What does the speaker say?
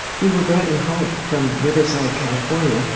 we were driving home from riverside, california.